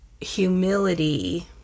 humility